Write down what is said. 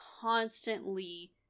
constantly